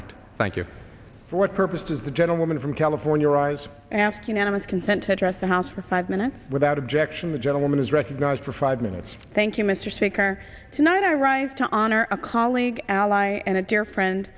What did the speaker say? act thank you for what purpose does the gentlewoman from california arise ask unanimous consent to address the house for five minutes without objection the gentleman is recognized for five minutes thank you mr speaker tonight i rise to honor a colleague ally and a dear friend